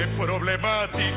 problemático